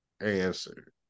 answer